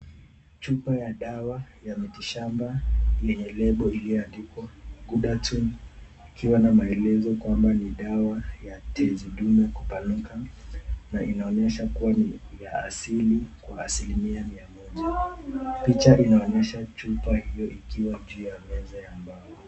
Chupa ya dawa ya mitishamba yenye lebo iliyoandikwa (cs)Ghudatun(cs) ikiwa na maelezo kwamba ni dawa ya tezi dume kupanuka, na inaonyesha kuwa ni ya asili kwa asilimia mia moja. Picha inaonyesha chupa hiyo ikiwa juu ya meza ya mbao.